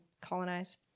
colonize